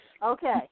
Okay